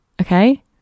okay